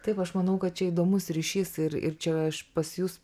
taip aš manau kad čia įdomus ryšys ir ir čia aš pas jus